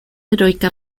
heroica